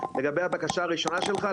לגבי הבקשה הראשונה שלך,